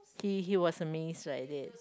he he was amazed so I did